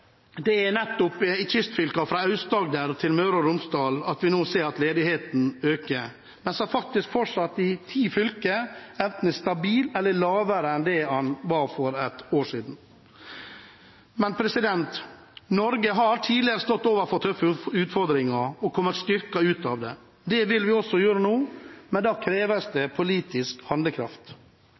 Det er nettopp i kystfylkene fra Aust-Agder til Møre og Romsdal vi nå ser at ledigheten øker, mens den i ti fylker fortsatt enten er stabil eller lavere enn det den var for et år siden. Norge har tidligere stått overfor tøffe utfordringer og kommet styrket ut av det. Det vil vi også gjøre nå, men da kreves det politisk handlekraft.